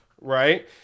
Right